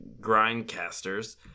grindcasters